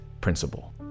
principle